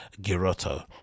Girotto